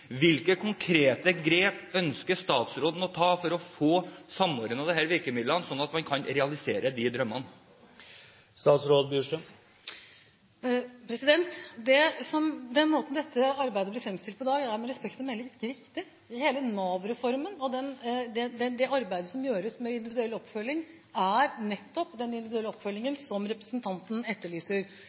Hvilke konkrete grep ønsker statsråden å ta for å få samordnet disse virkemidlene sånn at man kan realisere de drømmene? Den måten dette arbeidet blir fremstilt på i dag, er – med respekt å melde – ikke riktig. Hele Nav-reformen og det arbeidet som gjøres med individuell oppfølging, er nettopp den individuelle oppfølgingen som representanten etterlyser.